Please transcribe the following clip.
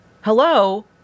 hello